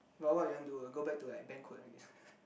but what you want to do go back to like banquet again